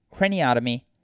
craniotomy